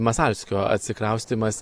masalskio atsikraustymas